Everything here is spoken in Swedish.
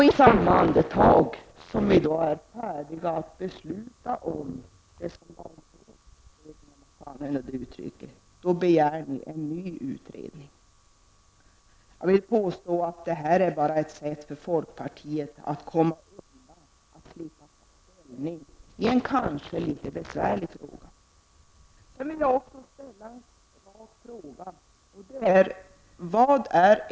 I samma andetag som vi är beredda att besluta om det som var vår utredning, om jag får använda det uttrycket, begär ni i folkpartiet en ny utredning. Jag vill påstå att detta bara är ett sätt för folkpartiet att komma undan och slippa ta ställning i en kanske litet besvärlig fråga. Sedan vill jag också ställa en rak fråga.